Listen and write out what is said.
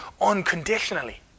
unconditionally